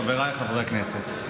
חבריי חברי הכנסת,